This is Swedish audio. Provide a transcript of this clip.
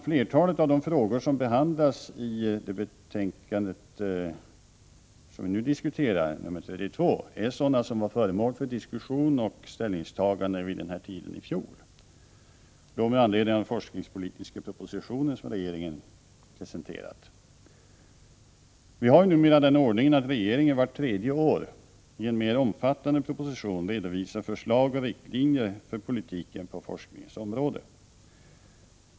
Flertalet av de frågor som behandlas i det betänkande som vi nu diskuterar, nr 32, är sådana som var föremål för diskussion och ställningstagande vid denna tid i fjol, då med anledning av den forskningspolitiska proposition som regeringen hade presenterat. Vi tillämpar numera den ordningen att regeringen vart tredje år i en mer omfattande proposition redovisar förslag och riktlinjer för politiken på forskningens område.